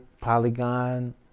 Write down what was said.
Polygon